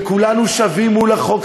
וכולנו שווים מול החוק,